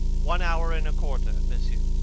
one hour and a quarter, monsieur.